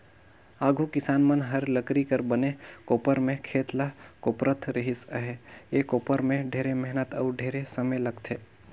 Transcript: आघु किसान मन हर लकरी कर बने कोपर में खेत ल कोपरत रिहिस अहे, ए कोपर में ढेरे मेहनत अउ ढेरे समे लगथे